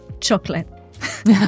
Chocolate